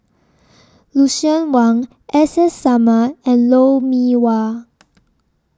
Lucien Wang S S Sarma and Lou Mee Wah